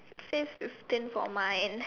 it says fifteen for mine